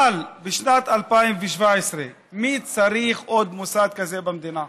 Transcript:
אבל בשנת 2017 מי צריך עוד מוסד כזה במדינה?